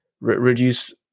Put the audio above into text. reduce